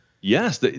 Yes